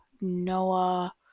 Noah